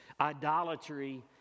idolatry